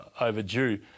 overdue